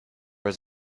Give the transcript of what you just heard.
was